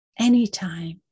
anytime